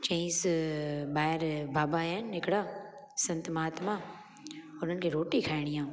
चयईसि ॿाहिरि बाबा आहियां आहिनि हिकिड़ा संत महात्मा उन्हनि खे रोटी खाइणी आहे